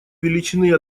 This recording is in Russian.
величины